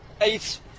eight